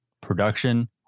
production